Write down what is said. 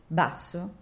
basso